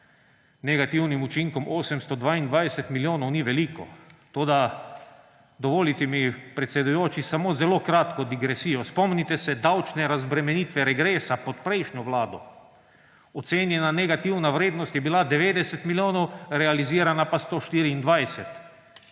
negativnim učinkom 822 milijonov ni veliko, toda dovolite mi, predsedujoči, samo zelo kratko degresijo. Spomnite se davčne razbremenitve regresa pod prejšnjo vlado. Ocenjena negativna vrednost je bila 90 milijonov, realizirana pa 124.